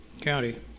county